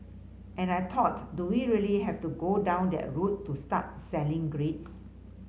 and I thought do we really have to go down that route to start selling grades